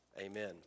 Amen